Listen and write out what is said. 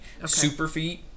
Superfeet